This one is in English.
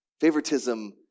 Favoritism